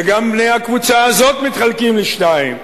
וגם בני הקבוצה הזאת מתחלקים לשניים: